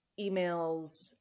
emails